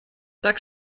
так